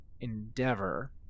Endeavor